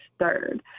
third